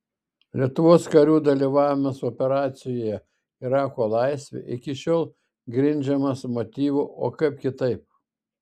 lietuvos karių dalyvavimas operacijoje irako laisvė iki šiol grindžiamas motyvu o kaip kitaip